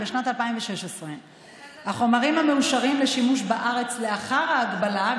בשנת 2016. החומרים המאושרים לשימוש בארץ לאחר ההגבלה,